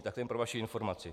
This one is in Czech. To jen pro vaši informaci.